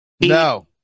No